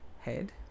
head